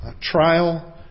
trial